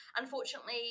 unfortunately